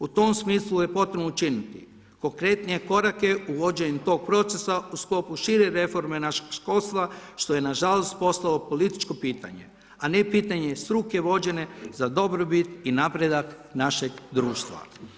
U tom smislu je potrebno učiniti konkretnije korake uvođenjem tog procesa u sklopu šire reforme našeg školstva, što je nažalost postalo političko pitanje, a ne pitanje struke vođene za dobrobit i napredak našeg društva.